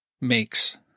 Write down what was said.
makes